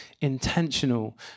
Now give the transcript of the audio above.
intentional